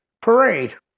parade